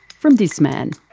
from this man